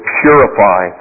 purify